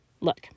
Look